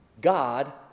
God